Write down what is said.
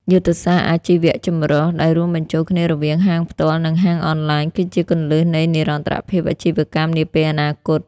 យុទ្ធសាស្ត្រអាជីវចម្រុះ ដែលរួមបញ្ចូលគ្នារវាងហាងផ្ទាល់ និងហាងអនឡាញ គឺជាគន្លឹះនៃនិរន្តរភាពអាជីវកម្មនាពេលអនាគត។